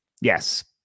Yes